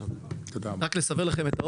רק כדי לסבר לכם את האוזן,